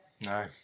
No